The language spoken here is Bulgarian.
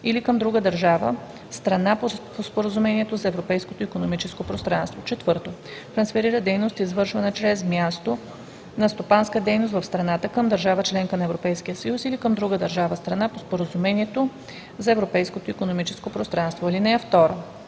или към друга държава – страна по Споразумението за Европейското икономическо пространство; 4. трансферира дейност, извършвана чрез място на стопанска дейност в страната, към държава – членка на Европейския съюз, или към друга държава – страна по Споразумението за Европейското икономическо пространство. (2) Алинея